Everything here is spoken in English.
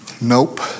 Nope